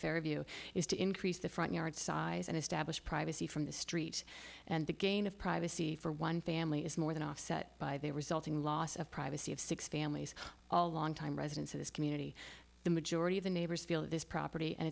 airview is to increase the front yard size and establish privacy from the street and again of privacy for one family is more than offset by the resulting loss of privacy of six families all longtime residents of this community the majority of the neighbors feel this property and